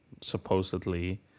supposedly